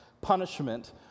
punishment